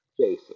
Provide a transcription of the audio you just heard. Jason